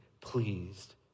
pleased